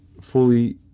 fully